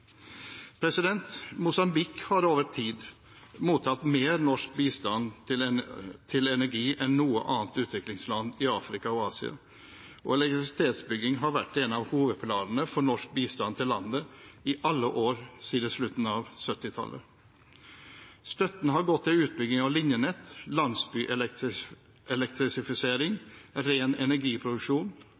Mosambik har over tid mottatt mer norsk bistand til energi enn noe annet utviklingsland i Afrika og Asia, og elektrisitetsutbygging har vært en av hovedpilarene i norsk bistand til landet i alle år siden slutten av 1970-tallet. Støtten har gått til utbygging av linjenett, landsbyelektrifisering, ren energiproduksjon,